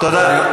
תודה.